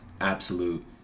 absolute